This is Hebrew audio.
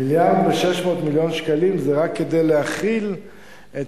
1.6 מיליארד שקלים זה רק כדי להחיל את